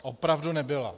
Opravdu nebyla.